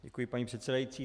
Děkuji, paní předsedající.